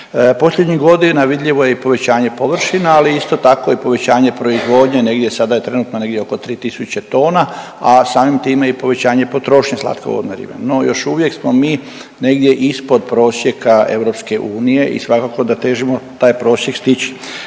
Posljednjih godina vidljivo je i povećanje površina, ali isto tako i povećanje proizvodnje, negdje sada je trenutno negdje oko 3 tisuće tona, a samim time i povećanje potrošnje slatkovodne ribe. No, još uvijek smo mi negdje ispod prosjeka EU i svakako da težimo taj prosjek stići.